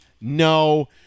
no